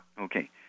Okay